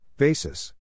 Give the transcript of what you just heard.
Basis